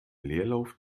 leerlauf